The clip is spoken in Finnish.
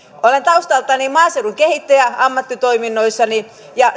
olen taustaltani maaseudun kehittäjä ammattitoiminnoissani ja